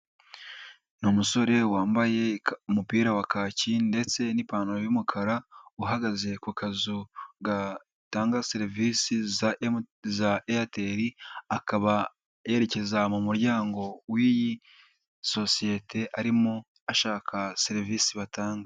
Ni umusore wambaye umupira wa kaki ndetse n'ipantaro y'umukara, uhagaze ku kazu gatanga serivisi za Airtel, akaba yerekeza mu muryango w'iyi sosiyete, arimo ashaka serivisi batanga.